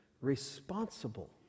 responsible